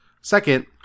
second